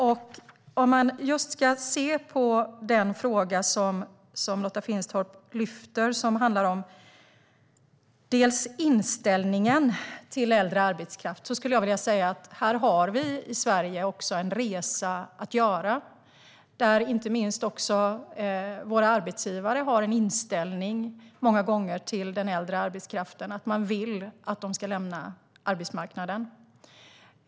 Ska man se på den fråga som Lotta Finstorp lyfter upp som handlar om inställningen till äldre arbetskraft skulle jag vilja säga att vi i Sverige har en resa att göra, för inte minst våra arbetsgivare har många gånger inställningen till den äldre arbetskraften att man vill att de ska lämna arbetsmarknaden.